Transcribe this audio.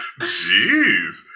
jeez